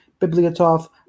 Bibliotov